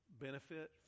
benefit